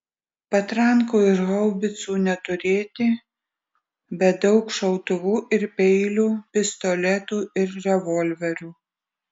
patrankų ir haubicų neturėti bet daug šautuvų ir peilių pistoletų ir revolverių